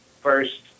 first